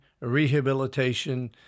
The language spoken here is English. rehabilitation